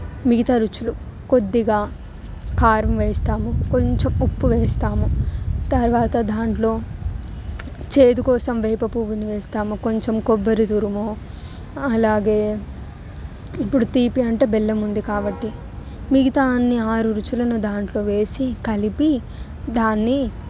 మిగతా రుచులు కొద్దిగా కారం వేస్తాము కొంచెం ఉప్పు వేస్తాము తర్వాత దాంట్లో చేదు కోసం వేప పువ్వుని వేస్తాము కొంచెం కొబ్బరి తురుము అలాగే ఇప్పుడు తీపి అంటే బెల్లం ఉంది కాబట్టి మిగతా అన్నీ ఆరు రుచులను దాంట్లో వేసి కలిపి దాన్ని